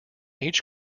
each